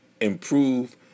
improve